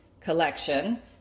collection